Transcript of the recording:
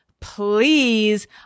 please